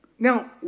Now